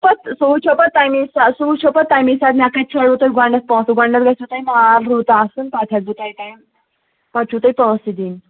پتہٕ سُہ وٕچھو پَتہٕ تَمی ساتہٕ سُہ وٕچھو پَتہٕ تَمی ساتہٕ مےٚ کَتہِ چھیڑوٕ تۄہہِ گۄڈٕنٮ۪تھ پونٛسہٕ گۄڈٕنٮ۪تھ گژھِوٕ تۄہہِ مال رُت آسُن پَتہٕ ہٮ۪کہٕ بہٕ تۄہہِ ٹایِم پَتہٕ چھُو تۄہہِ پونٛسہٕ دِنۍ